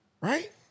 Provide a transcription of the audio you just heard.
Right